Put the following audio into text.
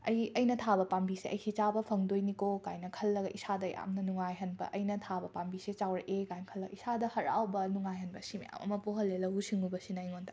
ꯑꯩ ꯑꯩꯅ ꯊꯥꯕ ꯄꯥꯝꯕꯤꯁꯦ ꯑꯩꯁꯦ ꯆꯥꯕ ꯐꯪꯗꯣꯏꯅꯤꯀꯣ ꯀꯥꯏꯅ ꯈꯜꯂꯒ ꯏꯁꯥꯗ ꯌꯥꯝꯅ ꯅꯨꯡꯉꯥꯏꯍꯟꯕ ꯑꯩꯅ ꯊꯥꯕ ꯄꯥꯝꯕꯤꯁꯦ ꯆꯥꯎꯔꯛꯑꯦ ꯀꯥꯏꯅ ꯈꯜꯂꯒ ꯏꯁꯥꯗ ꯍꯔꯥꯎꯕ ꯅꯨꯡꯉꯥꯏꯍꯟꯕ ꯁꯤ ꯃꯌꯥꯝ ꯑꯃ ꯄꯣꯛꯍꯜꯂꯦ ꯂꯧꯎ ꯁꯤꯉꯨꯕꯁꯤꯅ ꯑꯩꯉꯣꯟꯗ